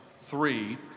three